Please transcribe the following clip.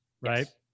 Right